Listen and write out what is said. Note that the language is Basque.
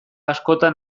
askotan